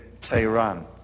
Tehran